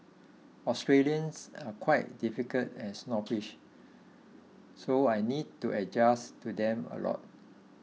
Australians are quite difficult and snobbish so I need to adjust to them a lot